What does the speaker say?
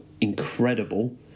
incredible